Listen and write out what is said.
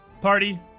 Party